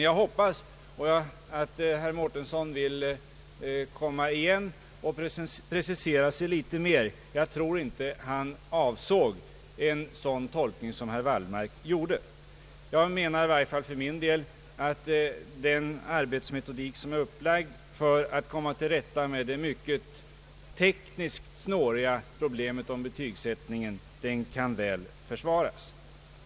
Jag hoppas dock att herr Mårtensson vill komma igen och precisera sig litet bättre. Jag tror inte att han avsåg en sådan tolkning som den herr Wallmark gjorde. Jag anser för min del att den arbetsmetodik som är upplagd för att man skall komma till rätta med det tekniskt mycket snåriga problemet om betygsättningen väl kan försvaras.